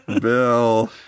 Bill